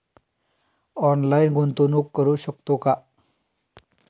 Online गुंतवणूक करू शकतो का?